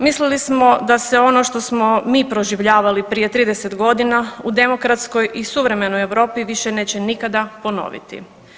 Mislili smo da se ono što smo mi proživljavali prije 30 godina u demokratskoj i suvremenoj Europi više neće nikada ponoviti.